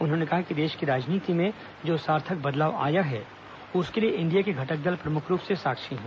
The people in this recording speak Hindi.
उन्होंने कहा कि देश की राजनीति में जो सार्थक बदलाव आया है उसके लिए एनडीए के घटक दल प्रमुख रूप से साक्षी हैं